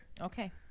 Okay